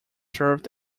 served